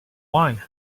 wine